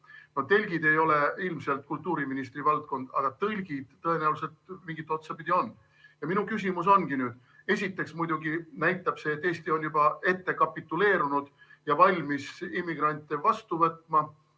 telgid ei ole ilmselt kultuuriministri valdkond, aga tõlgid tõenäoliselt mingit otsa pidi on. Nüüd minu küsimus. Esiteks, muidugi näitab see, et Eesti on juba ette kapituleerunud ja valmis immigrante vastu võtma,